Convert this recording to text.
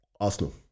Arsenal